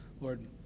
Lord